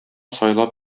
сайлап